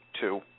Two